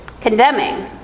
condemning